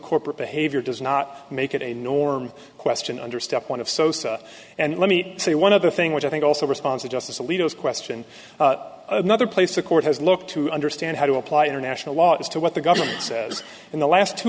corporate behavior does not make it a norm question under step one of sosa and let me say one other thing which i think also response of justice alito is question another place the court has looked to understand how to apply international laws to what the government says in the last two